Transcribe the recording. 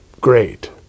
great